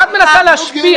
את מנסה להשפיע.